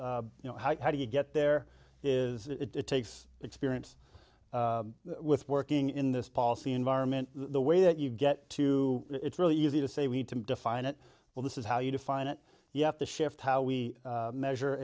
you know how do you get there is it takes experience with working in this policy environment the way that you get to it's really easy to say we need to define it well this is how you define it you have to shift how we measure